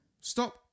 stop